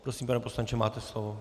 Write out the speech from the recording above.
Prosím, pane poslanče, máte slovo.